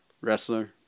Wrestler